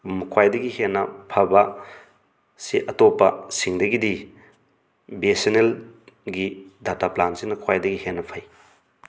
ꯈ꯭ꯋꯥꯏꯗꯒꯤ ꯍꯦꯟꯅ ꯐꯥꯕ ꯁꯤ ꯑꯇꯣꯞꯄ ꯁꯤꯡꯗꯒꯤꯗꯤ ꯕꯤ ꯑꯦꯁ ꯑꯦꯟ ꯑꯦꯜ ꯒꯤ ꯗꯇꯥ ꯄ꯭ꯂꯥꯟꯁꯤꯅ ꯈ꯭ꯋꯥꯏꯗꯒꯤ ꯍꯦꯟꯅ ꯐꯩ